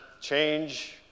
change